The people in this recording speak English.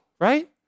right